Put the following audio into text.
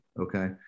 Okay